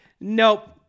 nope